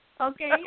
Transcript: Okay